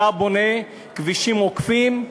אתה בונה כבישים עוקפים,